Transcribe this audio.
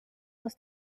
aus